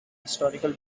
historical